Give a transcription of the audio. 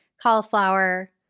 cauliflower